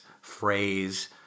phrase